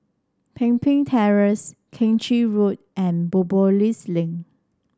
Pemimpin Terrace Keng Chin Road and Biopolis Link